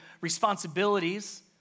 responsibilities